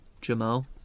Jamal